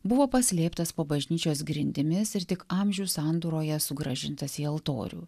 buvo paslėptas po bažnyčios grindimis ir tik amžių sandūroje sugrąžintas į altorių